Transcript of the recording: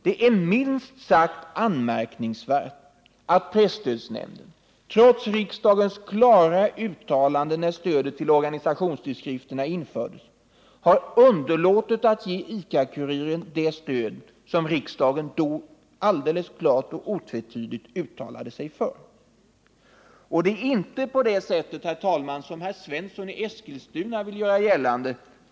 Det är minst sagt anmärkningsvärt att presstödsnämnden, trots riksdagens klara uttalande när stödet till organisationstidskrifterna infördes, har underlåtit att ge ICA-Kuriren det stöd som riksdagen då otvetydigt uttalade sig för. Det är inte så, herr talman, som herr Svensson i Eskilstuna vill göra gällande.